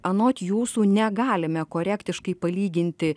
anot jūsų negalime korektiškai palyginti